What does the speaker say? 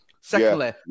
Secondly